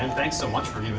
and thanks so much for even